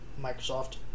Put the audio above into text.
Microsoft